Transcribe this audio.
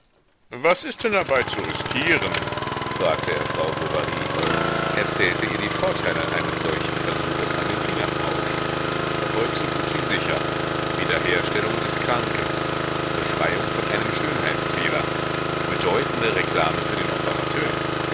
was ist denn dabei zu riskieren fragte er frau bovary er zählte ihr die vorteile eines solchen versuches an den fingern auf erfolg so gut wie sicher wiederherstellung des kranken befreiung von einem schönheitsfehler bedeutende reklame für den operateur